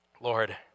Lord